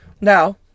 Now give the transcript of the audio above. Now